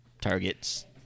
targets